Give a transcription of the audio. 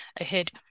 ahead